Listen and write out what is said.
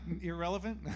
irrelevant